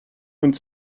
und